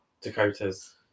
Dakota's